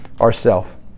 ourself